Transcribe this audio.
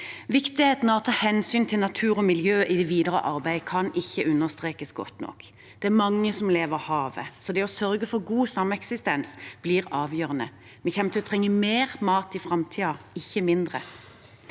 Viktigheten av å ta hensyn til natur og miljø i det videre arbeidet kan ikke understrekes godt nok. Det er mange som lever av havet, så det å sørge for god sameksistens blir avgjørende. Vi kommer til å trenge mer mat i framtiden, ikke mindre.